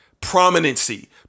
Prominency